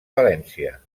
valència